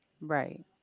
Right